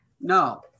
no